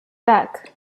back